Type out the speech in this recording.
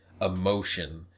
emotion